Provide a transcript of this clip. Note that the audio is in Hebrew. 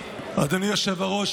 אדוני היושב-ראש,